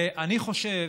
ואני חושב,